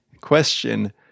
question